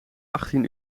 achttien